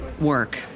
work